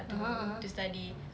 (uh huh) (uh huh)